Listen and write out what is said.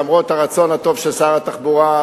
למרות הרצון הטוב של שר התחבורה,